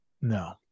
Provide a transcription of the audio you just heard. No